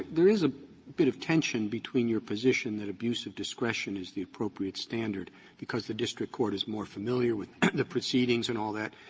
there is a bit of tension between your position that abuse-of-discretion is the appropriate standard because the district court is more familiar with the proceedings and all that,